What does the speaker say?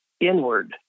inward